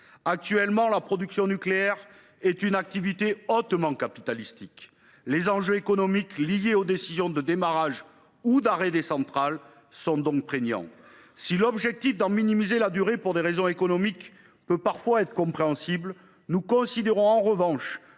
Aujourd’hui, la production nucléaire est une activité hautement capitalistique. Les enjeux économiques liés aux décisions de démarrage ou d’arrêt des centrales sont donc prégnants. Si l’objectif de minimiser la durée de la phase de décision pour des raisons économiques peut parfois être compréhensible, nous considérons en revanche